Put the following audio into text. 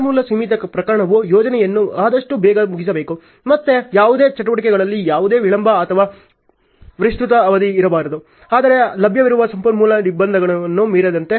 ಸಂಪನ್ಮೂಲ ಸೀಮಿತ ಪ್ರಕರಣವು ಯೋಜನೆಯನ್ನು ಆದಷ್ಟು ಬೇಗ ಮುಗಿಸಬೇಕು ಮತ್ತೆ ಯಾವುದೇ ಚಟುವಟಿಕೆಗಳಲ್ಲಿ ಯಾವುದೇ ವಿಳಂಬ ಅಥವಾ ವಿಸ್ತೃತ ಅವಧಿ ಇರಬಾರದು ಆದರೆ ಲಭ್ಯವಿರುವ ಸಂಪನ್ಮೂಲ ನಿರ್ಬಂಧಗಳನ್ನು ಮೀರದಂತೆ